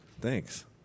Thanks